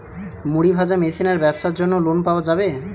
মুড়ি ভাজা মেশিনের ব্যাবসার জন্য লোন পাওয়া যাবে?